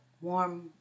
warm